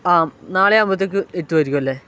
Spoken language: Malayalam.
ആ നാളെ ആകുമ്പോഴത്തേക്ക് എത്തുമായിരിക്കും അല്ലേ